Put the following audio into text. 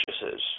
purchases